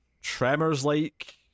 tremors-like